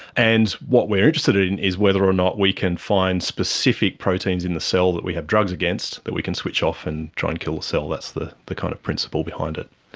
and what we are interested in is whether or not we can find specific proteins in the cell that we have drugs against that we can switch off and try and kill the cell. that's the the kind of principle behind it.